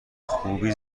خوبی